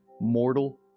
mortal